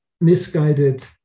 misguided